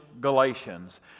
Galatians